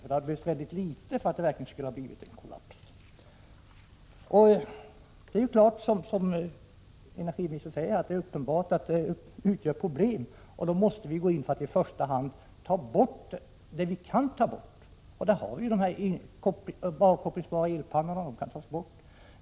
Det hade behövts väldigt litet för att det skulle bli en kollaps. Som energiministern säger är det uppenbart att detta utgör ett problem. Då måste vi gå in för att i första hand ta bort det som vi kan ta bort. Där har vi de avkopplingsbara elpannorna.